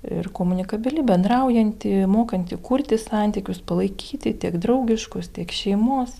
ir komunikabili bendraujanti mokanti kurti santykius palaikyti tiek draugiškus tiek šeimos